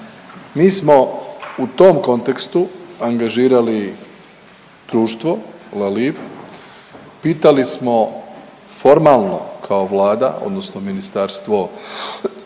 Mi smo u tom kontekstu angažirali Društvo LALIVE, pitali smo formalno kao vlada odnosno Ministarstvo